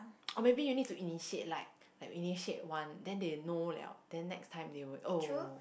or maybe you need to initiate like like initiate one then they know liao then next they will oh